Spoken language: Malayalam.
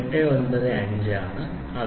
895 ആണ്